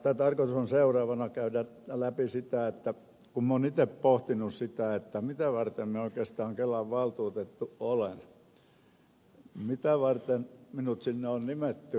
tarkoitus on seuraavaksi käydä läpi sitä kun minä olen itse pohtinut sitä että mitä varten minä oikeastaan kelan valtuutettu olen mitä varten minut sinne on nimetty